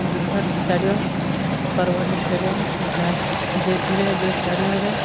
ବିଖ୍ୟାତ stadium Barabati stadium ଯାହା ଯେଥିରେ ଯେ ଷ୍ଟାଡ଼ିୟମ୍ରେ